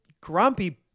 grumpy